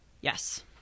Yes